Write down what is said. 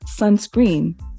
sunscreen